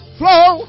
flow